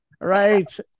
Right